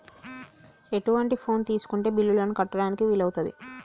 ఎటువంటి ఫోన్ తీసుకుంటే బిల్లులను కట్టడానికి వీలవుతది?